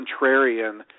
contrarian